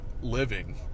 living